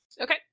Okay